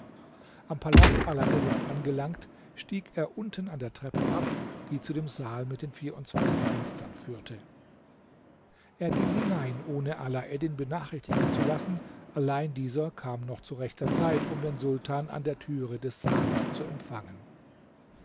am palast alaeddins angelangt stieg er unten an der treppe ab die zu dem saal mit den vierundzwanzig fenstern führte er ging hinein ohne alaeddin benachrichtigen zu lassen allein dieser kam noch zu rechter zeit um den sultan an der türe des saales zu empfangen